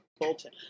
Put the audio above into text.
Bolton